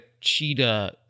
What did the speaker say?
cheetah